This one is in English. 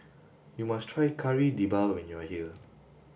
you must try Kari Debal when you are here